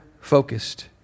focused